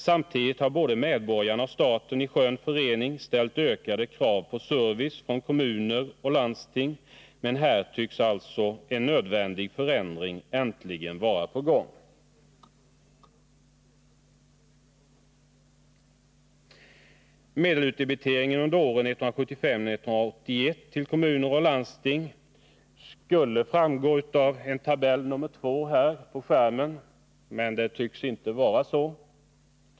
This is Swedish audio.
Samtidigt har både medborgarna och staten, i skön förening, ställt ökade krav på service från kommuner och landsting, men här tycks alltså en nödvändig förändring äntligen vara på gång.